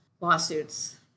lawsuits